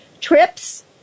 trips